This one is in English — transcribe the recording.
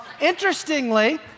Interestingly